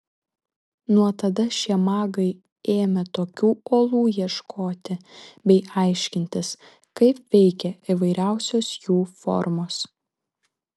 nuo tada šie magai ėmė tokių olų ieškoti bei aiškintis kaip veikia įvairiausios jų formos